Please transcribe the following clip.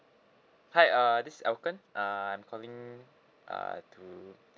hi uh this is elkon uh I'm calling uh to